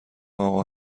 آقا